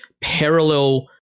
parallel